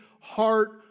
heart